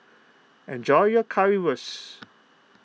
enjoy your Currywurst